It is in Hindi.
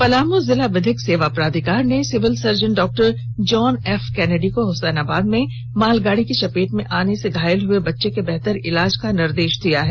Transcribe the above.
पलामू जिला विधिक सेवा प्राधिकार ने सिविल सर्जन डॉ जॉन ऑफ केनेडी को हसैनाबाद में मालगाड़ी की चपेट में आने से घायल हुए बच्चे के बेहतर इलाज का निर्देश दिया है